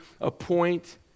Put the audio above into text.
appoint